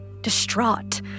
distraught